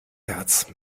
herz